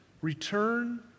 return